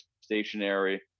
stationary